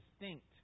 distinct